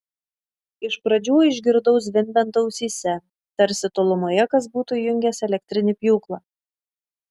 iš pradžių išgirdau zvimbiant ausyse tarsi tolumoje kas būtų įjungęs elektrinį pjūklą